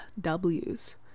W's